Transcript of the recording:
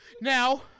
Now